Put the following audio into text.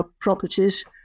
properties